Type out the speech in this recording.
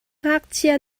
ngakchia